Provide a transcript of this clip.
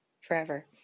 Forever